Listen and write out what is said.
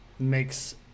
makes